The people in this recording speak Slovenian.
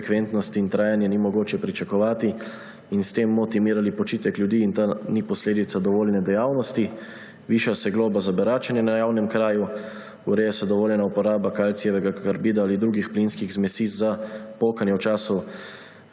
frekventnost in trajanje ni mogoče pričakovati in s tem moti mir ali počitek ljudi in ta ni posledica dovoljene dejavnosti. Viša se globa za beračenje na javnem kraju. Ureja se dovoljena uporaba kalcijevega karbida ali drugih plinskih zmesi za pokanje v času